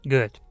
Good